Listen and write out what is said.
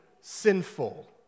sinful